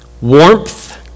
Warmth